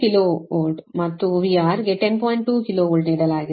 2 KV ನೀಡಲಾಗಿದೆ